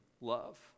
love